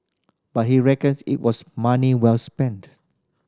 but he reckons it was money well spent